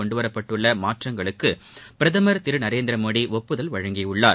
கொண்டுவரப்பட்டுள்ள மாற்றங்களுக்கு பிரதமர் திரு நரேந்திரமோடி ஒப்புதல் அளித்துள்ளார்